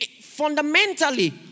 fundamentally